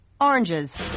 oranges